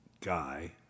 guy